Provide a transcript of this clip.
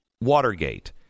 Watergate